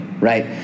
right